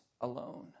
alone